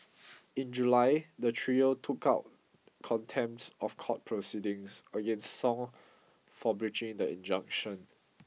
in July the trio took out contempt of court proceedings against song for breaching the injunction